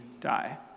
die